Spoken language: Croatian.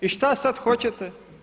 I šta sad hoćete?